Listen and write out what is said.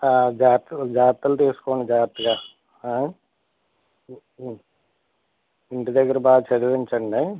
ఆ జాగ్రత్తలు జాగ్రత్తలు తీసుకోండి జాగ్రత్తగా ఇంటి దగ్గర బాగా చదివించండి ఎం